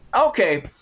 Okay